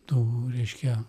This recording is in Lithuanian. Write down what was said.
tų reiškia